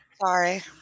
Sorry